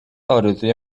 ارزوی